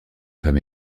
femme